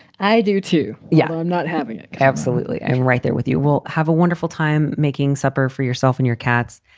i do too. yeah, i'm not having it. absolutely. i'm right there with you. will have a wonderful time making supper for yourself and your cats.